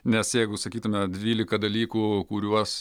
nes jeigu sakytume dvylika dalykų kuriuos